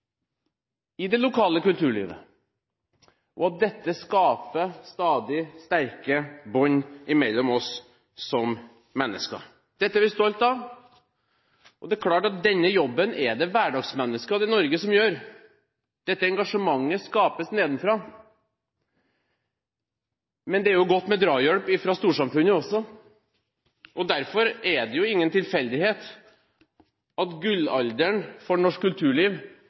i det lokale kulturlivet. Dette skaper stadig sterke bånd mellom oss som mennesker. Dette er vi stolt av. Denne jobben er det hverdagsmenneskene i Norge som gjør – dette engasjementet skapes nedenfra – men det er jo godt med drahjelp fra storsamfunnet også. Og derfor er det jo ingen tilfeldighet at gullalderen for norsk kulturliv